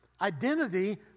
identity